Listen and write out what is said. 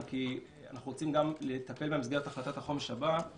כי אנחנו רוצים לטפל בהם במסגרת החלטת החומש הבאה